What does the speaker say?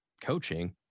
coaching